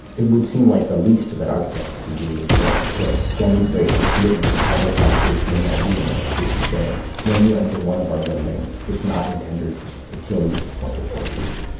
it would seem like the least that architects could do would say to demonstrate our commitment to public health, safety and well being is to say, when you enter one of our buildings, it's not intended to kill you or to torture you.